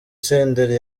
senderi